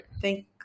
thank